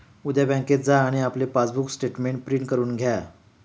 उद्या बँकेत जा आणि आपले पासबुक स्टेटमेंट प्रिंट करून घ्या